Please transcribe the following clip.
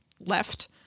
left